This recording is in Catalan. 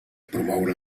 promoure